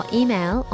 email